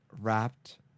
wrapped